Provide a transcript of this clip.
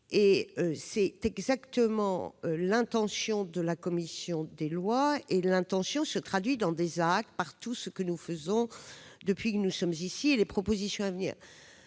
C'est exactement l'intention de la commission des lois, qui se traduit dans des actes, par tout ce que nous faisons depuis que nous sommes ici, et dans les propositions à venir.